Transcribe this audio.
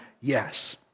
yes